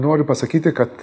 noriu pasakyti kad